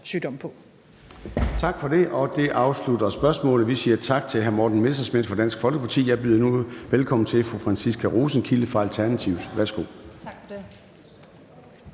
sygdom på.